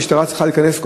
המשטרה צריכה להיכנס,